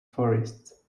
forests